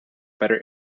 better